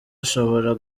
ashobora